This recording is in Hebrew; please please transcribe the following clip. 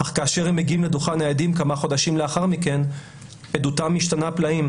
אך כאשר הם מגיעים לדוכן העדים כמה חודשים לאחר מכן עדותם משתנה פלאים,